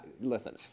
Listen